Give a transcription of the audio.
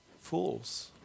fools